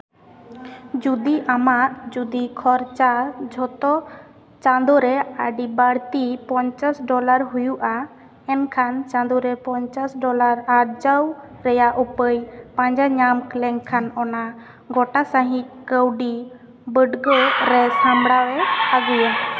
ᱡᱩᱫᱤ ᱟᱢᱟᱜ ᱡᱩᱫᱤ ᱠᱷᱚᱨᱪᱟ ᱡᱷᱚᱛᱚ ᱪᱟᱹᱫᱳ ᱨᱮ ᱟᱹᱰᱤ ᱵᱟᱹᱲᱛᱤ ᱯᱚᱧᱪᱟᱥ ᱰᱚᱞᱟᱨ ᱦᱩᱭᱩᱜᱼᱟ ᱮᱱᱠᱷᱟᱱ ᱪᱟᱸᱫᱳᱨᱮ ᱯᱚᱧᱪᱟᱥ ᱰᱚᱞᱟᱨ ᱟᱨᱡᱟᱣ ᱨᱮᱭᱟᱜ ᱩᱯᱟᱹᱭ ᱯᱟᱸᱡᱟ ᱧᱟᱢ ᱞᱮᱱᱠᱷᱟᱱ ᱚᱱᱟ ᱜᱳᱴᱟ ᱥᱟᱦᱤᱡ ᱠᱟᱹᱣᱰᱤ ᱵᱟᱹᱰᱚᱜ ᱨᱮ ᱥᱟᱢᱵᱲᱟᱣᱮ ᱟᱹᱜᱩᱭᱟ